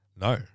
No